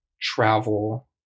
travel